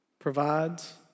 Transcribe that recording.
Provides